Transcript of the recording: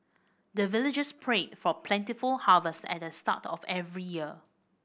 the villagers pray for plentiful harvest at the start of every year